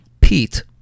Pete